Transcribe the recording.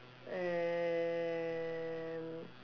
and